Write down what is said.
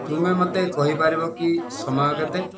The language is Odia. ତୁମେ ମୋତେ କହିପାରିବ କି ସମୟ କେତେ